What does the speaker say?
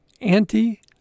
anti-